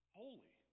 holy